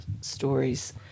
stories